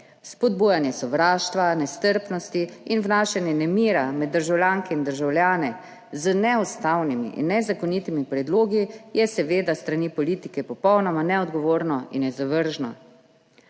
Spodbujanje sovraštva, nestrpnosti in vnašanje nemira med državljanke in državljane z neustavnimi in nezakonitimi predlogi je seveda s strani politike popolnoma neodgovorno in je zavržno.